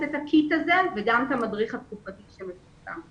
את הקיט הזה וגם את המדריך התקופתי שמפורסם.